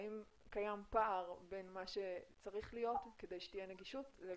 האם קיים פער בין מה שצריך להיות כדי שתהיה נגישות?